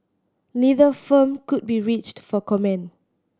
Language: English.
neither firm could be reached for comment